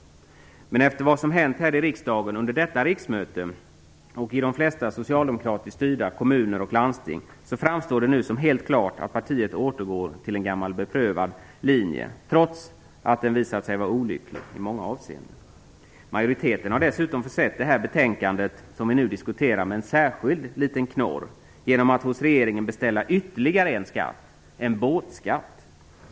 Men efter vad som hänt här i riksdagen under detta riksmöte och i de flesta socialdemokratiskt styrda kommuner och landsting framstår det nu som helt klart att partiet återgår till en gammal beprövad linje, trots att den visat sig vara olycklig i många avseenden. Majoriteten har dessutom försett det betänkande som vi nu diskuterar med en särskild liten knorr genom att hos regeringen beställa ytterligare en skatt, en båtskatt.